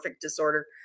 disorder